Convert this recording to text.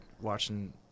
watching